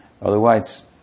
otherwise